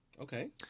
Okay